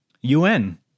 un